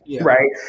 right